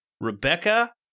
Rebecca